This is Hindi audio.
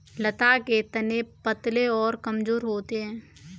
लता के तने पतले और कमजोर होते हैं